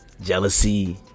Jealousy